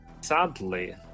Sadly